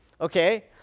okay